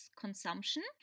consumption